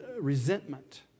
resentment